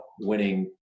winning